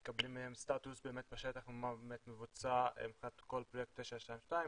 מקבלים מהם סטטוס בשטח מה באמת מבוצע מבחינת פרויקט 922,